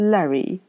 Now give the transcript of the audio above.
Larry